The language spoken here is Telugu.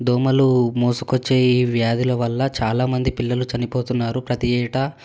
దోమలు మోసుకొచ్చే ఈ వ్యాధుల వల్ల చాలామంది పిల్లలు చనిపోతున్నారు ప్రతి ఏటా